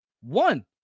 One